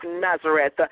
Nazareth